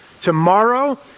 tomorrow